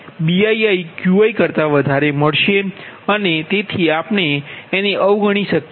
મળશે અને તેથી આપણે એને અવગણી શકીએ